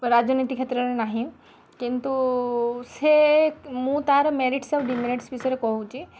ରାଜନୀତି କ୍ଷେତ୍ରରେ ନାହିଁ କିନ୍ତୁ ସେ ମୁଁ ତା'ର ମେରିଟସ୍ ଆଉ ଡିମେରିଟସ୍ ବିଷୟରେ କହୁଛି